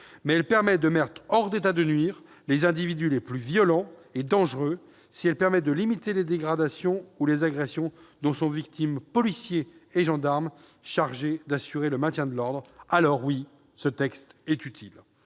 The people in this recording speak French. elle permet de mettre hors d'état de nuire les individus les plus violents et dangereux. Si elle permet de limiter les dégradations ou les agressions dont sont victimes policiers et gendarmes chargés d'assurer le maintien de l'ordre, alors, oui, elle est utile